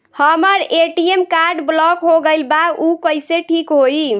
हमर ATM card block हो गईल बा ऊ कईसे ठिक होई?